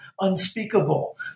unspeakable